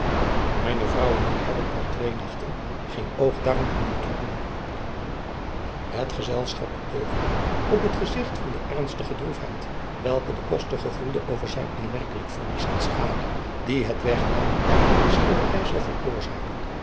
ijne vrouw en ik hebben al twee nachten geen oog daarom kunnen toedoen et gezelschap beteugelde op het gezigt van de ernstige droefheid welke de koster gevoelde over zijn aanmerkelijk verlies en schade die het wegruimen van de schilderij zou veroorzaken